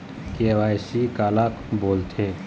KYC काला बोलथें?